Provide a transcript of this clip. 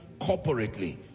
corporately